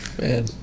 Man